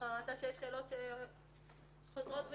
כשראו שיש שאלות שחוזרות ונשנות,